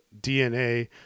DNA